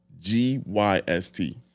g-y-s-t